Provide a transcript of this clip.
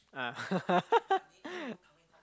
ah